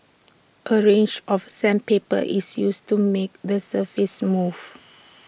A range of sandpaper is used to make the surface smooth